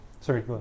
sorry